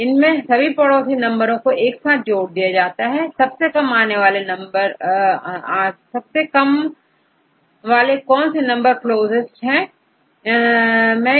इन्होंने सभी पड़ोसी नंबर को एक साथ जोड़ दिया सबसे कम वाले कौन से नंबर क्लोसिस्ट मैं